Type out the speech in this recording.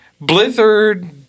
blizzard